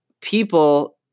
people